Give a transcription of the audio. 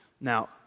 Now